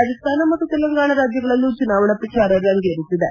ರಾಜಸ್ತಾನ ಮತ್ತು ತೆಲಂಗಾಣ ರಾಜ್ಲಗಳಲ್ಲೂ ಚುನಾವಣಾ ಪ್ರಚಾರ ರಂಗೇರುತ್ತಿದೆ